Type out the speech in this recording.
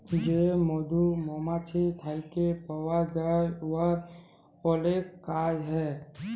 যে মধু মমাছি থ্যাইকে পাউয়া যায় উয়ার অলেক কাজ হ্যয়